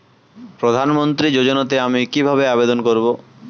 প্রধান মন্ত্রী যোজনাতে আমি কিভাবে আবেদন করবো?